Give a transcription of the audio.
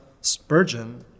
Spurgeon